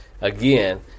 again